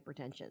hypertension